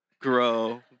grow